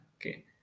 Okay